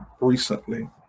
recently